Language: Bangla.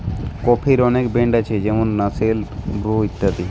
কফির অনেক ব্র্যান্ড আছে যেমন নেসলে, ব্রু ইত্যাদি